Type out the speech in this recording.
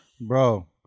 bro